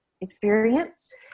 experience